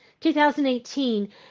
2018